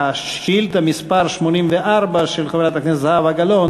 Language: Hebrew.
שאילתה מס' 84 של חברת הכנסת זהבה גלאון